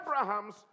Abraham's